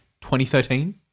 2013